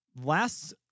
last